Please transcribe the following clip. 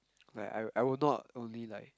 like I I will not only like